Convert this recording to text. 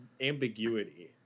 ambiguity